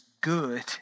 good